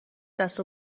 دست